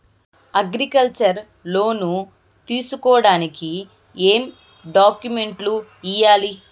Agriculture loan తీసుకోడానికి ఏం డాక్యుమెంట్లు ఇయ్యాలి?